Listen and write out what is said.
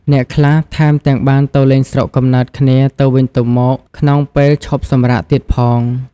អ្នកខ្លះថែមទាំងបានទៅលេងស្រុកកំណើតគ្នាទៅវិញទៅមកក្នុងពេលឈប់សម្រាកទៀតផង។